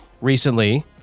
recently